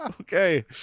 Okay